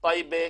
טייבה,